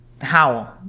Howl